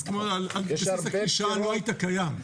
אז כמו על בסיס הקלישאה, לא היית קיים.